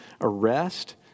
arrest